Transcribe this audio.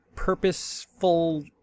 purposeful